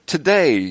Today